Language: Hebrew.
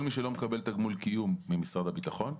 מי שלא מקבל תגמול קיום ממשרד הביטחון.